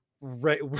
right